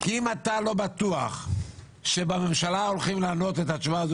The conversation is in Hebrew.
כי אם אתה לא בטוח שבממשלה הולכי לענות את התשובה הזאת